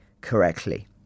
correctly